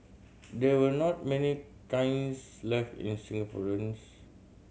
there were not many kilns left in Singaporeans